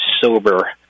sober